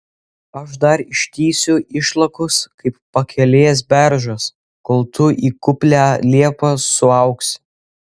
aš dar ištįsiu išlakus kaip pakelės beržas kol tu į kuplią liepą suaugsi